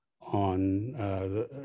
on